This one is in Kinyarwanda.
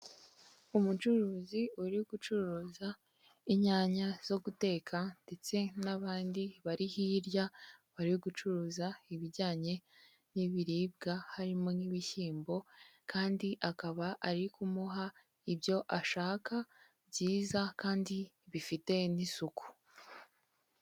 Umucuruzi uri gucuruza inyanya zo guteka ndetse n'abandi bari hirya, bari gucuruza ibijyanye n'ibiribwa harimo nk'ibishyimbo kandi akaba ari kumuha ibyo ashaka byiza kandi bifite n'isuku.